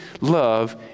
love